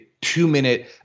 two-minute